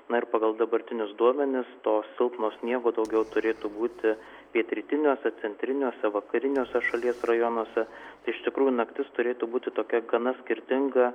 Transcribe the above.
na ir pagal dabartinius duomenis silpno sniego daugiau turėtų būti pietrytiniuose centriniuose vakariniuose šalies rajonuose iš tikrųjų naktis turėtų būti tokia gana skirtinga